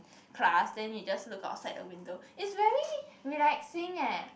class then you just look outside the window it's very relaxing eh